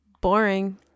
Boring